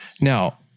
now